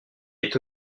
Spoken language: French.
est